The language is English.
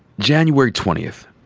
january twentieth,